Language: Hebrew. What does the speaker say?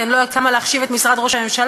כי אני לא יודעת כמה להחשיב את משרד ראש הממשלה,